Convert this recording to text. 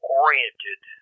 oriented